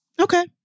Okay